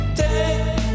take